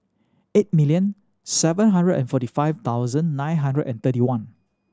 eight million seven hundred and forty five thousand nine hundred and thirty one